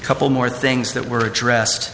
couple more things that were address